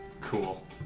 Cool